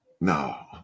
No